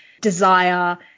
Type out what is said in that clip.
desire